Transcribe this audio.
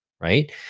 right